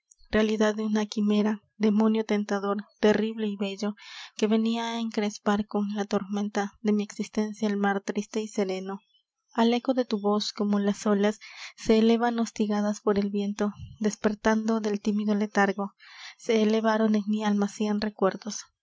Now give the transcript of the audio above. realidad de una quimera demonio tentador terrible y bello que venía á encrespar con la tormenta de mi existencia el mar triste y sereno al eco de tu voz como las olas se elevan hostigadas por el viento despertando del tímido letargo se elevaron en mi alma cien recuerdos